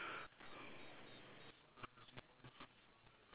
should I circle the lady